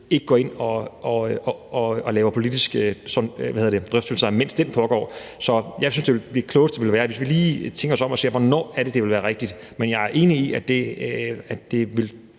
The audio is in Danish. ikke går ind og har drøftelser, mens den pågår. Så jeg synes, det klogeste ville være, hvis vi lige tænker os om og ser, hvornår det vil være rigtigt. Men jeg er enig i, at det vil